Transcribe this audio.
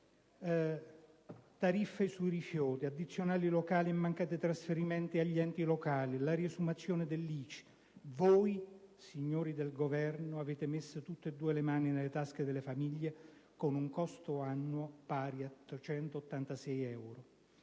tariffe sui rifiuti, addizionali locali, mancati trasferimenti agli enti locali e la riesumazione dell'ICI, voi, signori del Governo, avete messo tutte e due le mani nelle tasche delle famiglie, con un costo annuo pari a 886 euro.